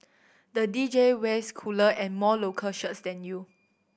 the D J wears cooler and more local shirts than you